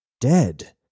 dead